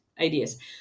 ideas